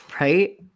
Right